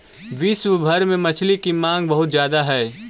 विश्व भर में मछली की मांग बहुत ज्यादा हई